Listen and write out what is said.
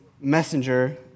messenger